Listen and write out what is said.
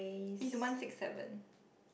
he is one six seven